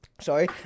Sorry